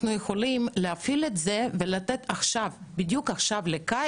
אנחנו יכולים להפעיל את זה ולתת פתרון לקיץ.